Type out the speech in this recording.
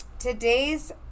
today's